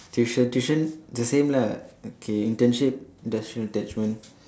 tuition tuition the same lah okay internship industrial attachment